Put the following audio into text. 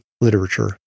literature